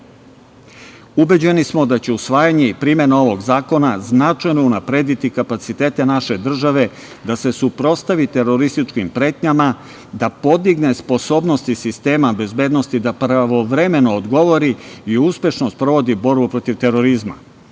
smo da će usvajanje i primena ovog zakona značajno unaprediti kapacitete naše države da se suprotstavi terorističkim pretnjama, da podigne sposobnosti sistema bezbednosti da pravovremeno odgovori i uspešno sprovodi borbu protiv terorizma. Ovim